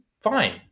fine